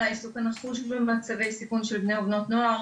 העיסוק במצבי סיכון של בני ובנות נוער,